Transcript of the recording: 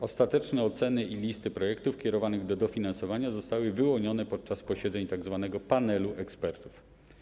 Ostateczne oceny i listy projektów kierowanych do dofinansowania zostały wyłonione podczas posiedzeń tzw. panelu ekspertów.